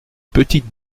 petite